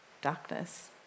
darkness